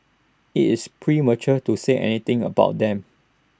IT is premature to say anything about them